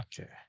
Okay